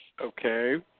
Okay